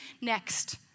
next